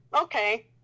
okay